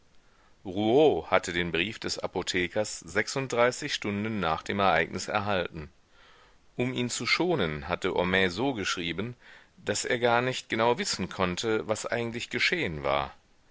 hatte den brief des apothekers sechsunddreißig stunden nach dem ereignis erhalten um ihn zu schonen hatte homais so geschrieben daß er gar nicht genau wissen konnte was eigentlich geschehen war